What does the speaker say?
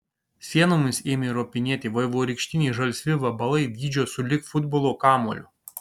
sienomis ėmė ropinėti vaivorykštiniai žalsvi vabalai dydžio sulig futbolo kamuoliu